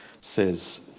says